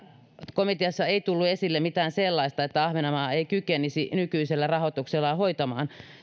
komiteassa ei tullut esille mitään sellaista että ahvenanmaa ei kykenisi nykyisellä rahoituksella hoitamaan